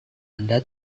anda